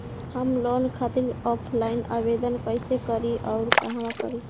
हम लोन खातिर ऑफलाइन आवेदन कइसे करि अउर कहवा करी?